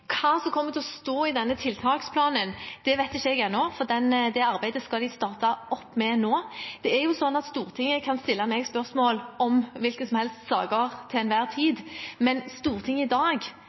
hva som kommer til å stå i denne tiltaksplanen, vet jeg ikke ennå, for det arbeidet skal de starte opp med nå. Stortinget kan stille meg spørsmål om hvilke som helst saker til enhver tid, men Stortinget vedtar i dag